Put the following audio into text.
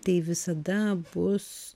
tai visada bus